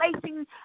placing